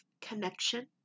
connection